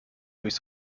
durch